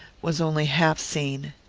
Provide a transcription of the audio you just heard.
was only half seen.